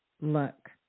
look